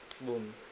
boom